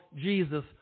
Jesus